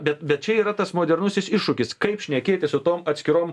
bet bet čia yra tas modernusis iššūkis kaip šnekėti su tom atskirom